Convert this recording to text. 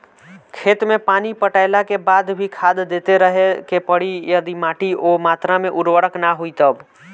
खेत मे पानी पटैला के बाद भी खाद देते रहे के पड़ी यदि माटी ओ मात्रा मे उर्वरक ना होई तब?